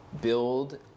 build